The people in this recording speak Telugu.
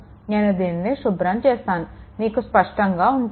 నేను దీనిని శుభ్రం చేస్తాను మీకు స్పష్టంగా ఉంటుంది